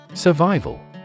Survival